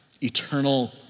Eternal